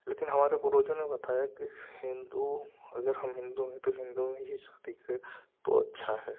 लेकिन हमारे पूर्वजों ने बताया कि हिंदू अगर हम हिंदू हैं तो हिंदू में ही शादी करें तो अच्छा है